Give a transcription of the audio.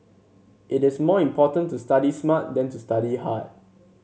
it is more important to study smart than to study hard